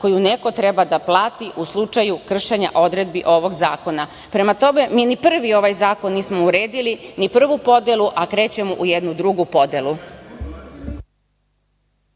koju neko treba da plati u slučaju kršenja odredbi ovog zakona. Prema tome, mi ni prvi ovaj zakon nismo uredili, ni prvu podelu, a krećemo u jednu drugu podelu.